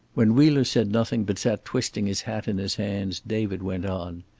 when wheeler said nothing, but sat twisting his hat in his hands, david went on.